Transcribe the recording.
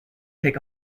take